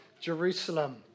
Jerusalem